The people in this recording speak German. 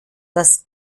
dass